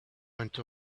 went